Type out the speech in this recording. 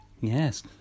Yes